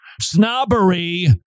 snobbery